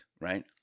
right